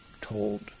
told